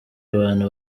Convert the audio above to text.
abantu